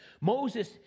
Moses